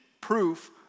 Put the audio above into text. proof